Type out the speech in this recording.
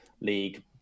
league